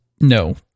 No